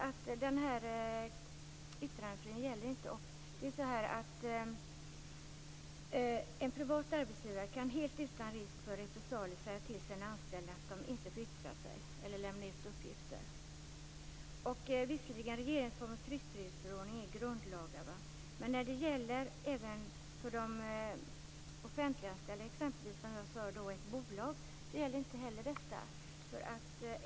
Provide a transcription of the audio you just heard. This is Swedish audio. Yttrandefriheten gäller inte. En privat arbetsgivare kan helt utan risk för repressalier säga till sina anställda att de inte får yttra sig eller lämna ut uppgifter. Visserligen är regeringsformen och tryckfrihetsförordningen grundlagar, men när det gäller offentliganställda i ett bolag gäller inte detta.